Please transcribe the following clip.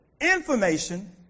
Information